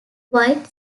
white